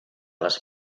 les